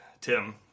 Tim